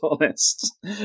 honest